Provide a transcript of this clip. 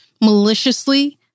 maliciously